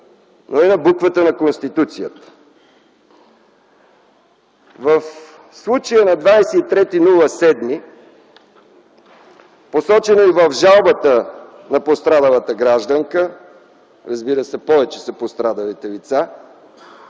но и на буквата на Конституцията. В случая на 23 юли – посочено е и в жалбата на пострадалата гражданка, разбира се, пострадалите лица